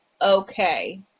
Okay